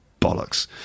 bollocks